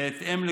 בהתאם לגודלו,